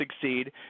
succeed